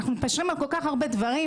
אנחנו מתפשרים על כל כך הרבה דברים,